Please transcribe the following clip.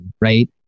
right